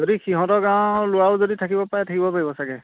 যদি সিহঁতৰ গাঁৱৰ ল'ৰাও যদি থাকিব পাৰে থাকিব পাৰিব চাগে